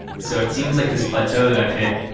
so it seems like this plateau that i've hit,